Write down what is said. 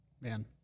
Man